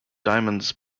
diamonds